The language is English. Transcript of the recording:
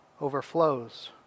overflows